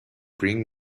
bring